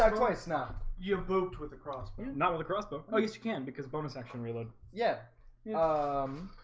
um twice now you booked with the cross but and not with a crossbow least you can because bonus section really yeah yeah um